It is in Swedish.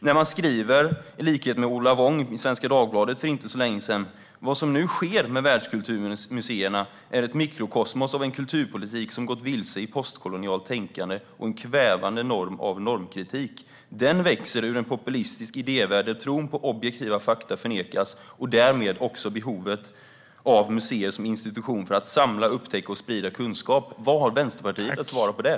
Ola Wong skrev i Svenska Dagbladet för inte så länge sedan: "Vad som nu sker med världskulturmuseerna är ett mikrokosmos av en kulturpolitik som gått vilse i postkolonialt tänkande och en kvävande norm av normkritik. Den växer ur en populistisk idévärld där tron på objektiva fakta förnekas och därmed också behovet av museer som institution för att samla, upptäcka och sprida kunskap." Vad har Vänsterpartiet för svar på det?